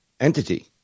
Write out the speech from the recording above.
entity